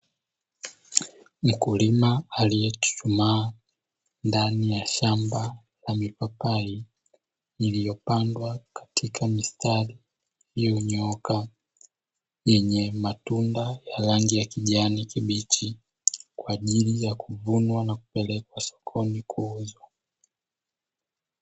Mkulima aliyechuchuma ndani ya shamba la mipapai iliyopandwa katika mistari iliyonyooka, yenye matunda ya rangi ya kijani kibichi kwa ajili ya kuvunwa na kupeleka sokoni kuuzwa.